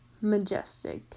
majestic